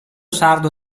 sardo